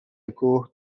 کوه